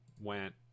went